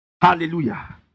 Hallelujah